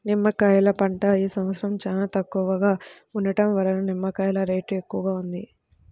నిమ్మకాయల పంట ఈ సంవత్సరం చాలా తక్కువగా ఉండటం వలన నిమ్మకాయల రేటు ఎక్కువగా ఉంది